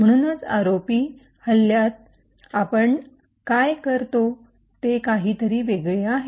म्हणूनच आरओपी हल्ल्यात आपण काय करतो ते काहीतरी वेगळे आहे